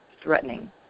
threatening